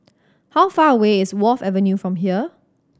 how far away is Wharf Avenue from here